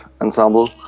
ensemble